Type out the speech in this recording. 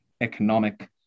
economic